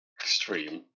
Extreme